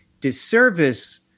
disservice